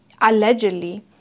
allegedly